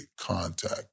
contact